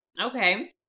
Okay